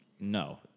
no